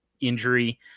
Injury